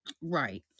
Right